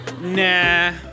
Nah